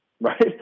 right